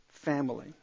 family